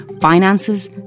finances